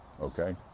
Okay